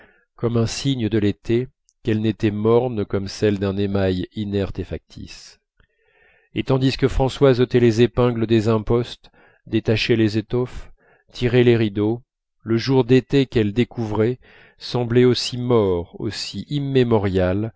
comme un signe de l'été qu'elle n'était morne comme celle d'un émail inerte et factice et tandis que françoise ôtait les épingles des impostes détachait les étoffes tirait les rideaux le jour d'été qu'elle découvrait semblait aussi mort aussi immémorial